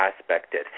aspected